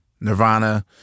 Nirvana